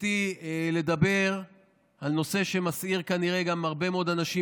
רציתי לדבר על נושא שמסעיר כנראה הרבה מאוד אנשים,